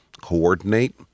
coordinate